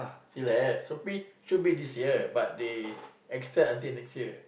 still have should should be this year but they extend until next year